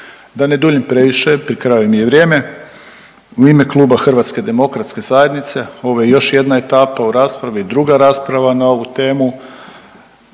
Da ne duljim previše, pri kraju mi je vrijeme. U ime Kluba Hrvatske demokratske zajednice ovo je još jedna etapa u raspravi. Druga rasprava na ovu temu